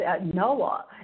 Noah